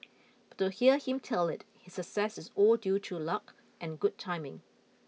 but to hear him tell it his success is all due to luck and good timing